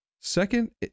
second